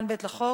לחוק,